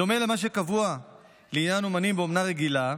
בדומה למה שקבוע לעניין אומנים באומנה רגילה,